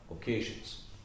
occasions